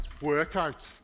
workout